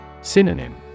Synonym